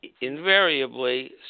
invariably